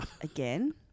Again